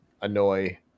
annoy